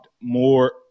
More